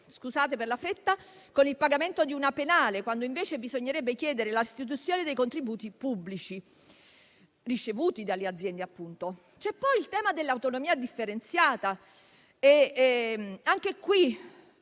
con il pagamento di una penale, quando invece bisognerebbe chiedere la restituzione dei contributi pubblici ricevuti dalle aziende. C'è poi il tema dell'autonomia differenziata: